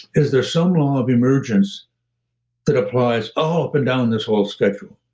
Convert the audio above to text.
is there some law of emergence that applies up and down this whole schedule,